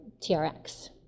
TRX